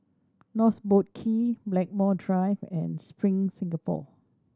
North Boat Quay Blackmore Drive and Spring Singapore